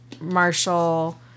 Marshall